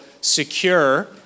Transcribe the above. secure